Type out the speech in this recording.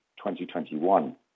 2021